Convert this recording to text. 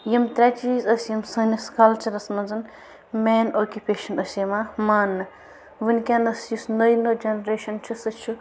یِم ترٛےٚ چیٖز ٲسۍ یِم سٲنِس کلیچَرس منٛز مین آکِپیشن ٲسۍ یِوان مانٛنہٕ ونکٮ۪نس یُس نٔے نٔے جنریشن چھِ سُہ چھُ